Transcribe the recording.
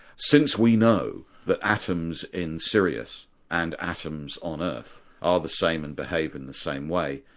since we know that atoms in sirius and atoms on earth are the same, and behave in the same way,